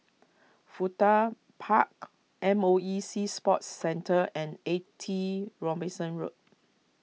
Fuda Park M O E Sea Sports Centre and eighty Robinson Road